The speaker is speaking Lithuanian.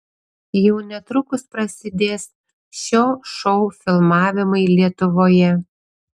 jau netrukus prasidės šio šou filmavimai lietuvoje